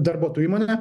darbuotojų įmonę